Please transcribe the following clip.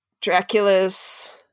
Draculas